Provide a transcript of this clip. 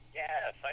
yes